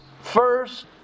first